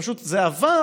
וזה עבר